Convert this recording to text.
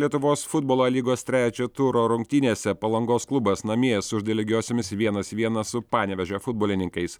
lietuvos futbolo a lygos trečio turo rungtynėse palangos klubas namie sužaidė lygiosiomis vienas vienas su panevėžio futbolininkais